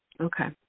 Okay